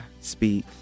speak